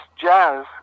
jazz